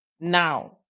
now